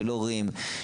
של הורים,